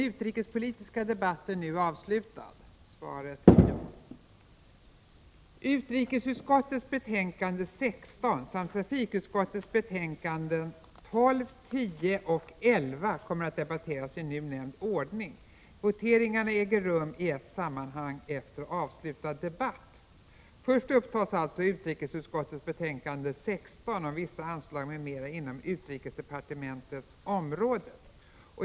Utrikesutskottets betänkande 16 samt trafikutskottets betänkanden 12, 10 och 11 kommer att debatteras i nu nämnd ordning. Voteringarna äger rum i ett sammanhang efter avslutad debatt. Först upptas alltså utrikesutskottets betänkande 16 om vissa anslag m.m. inom utrikesdepartementets område.